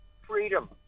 freedom